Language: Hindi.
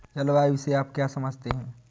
जलवायु से आप क्या समझते हैं?